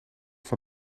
van